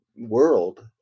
world